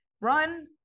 run